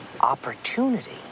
Opportunity